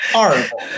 Horrible